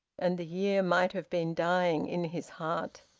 and the year might have been dying in his heart.